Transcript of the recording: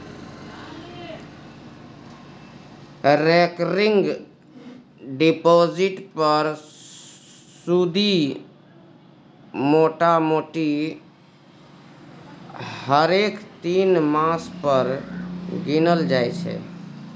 recurring deposit पर सुदि मोटामोटी हरेक तीन मास पर गिनल जाइ छै